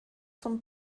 zum